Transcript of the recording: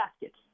baskets